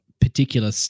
particular